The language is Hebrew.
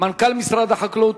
מנכ"ל משרד החקלאות,